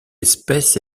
espèce